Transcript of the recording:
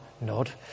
nod